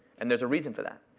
and there's a reason for that.